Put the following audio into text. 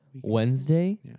Wednesday